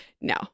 no